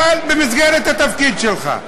אבל במסגרת התפקיד שלך.